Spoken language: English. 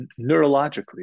neurologically